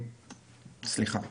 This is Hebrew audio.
אני